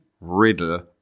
Riddle